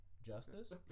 Justice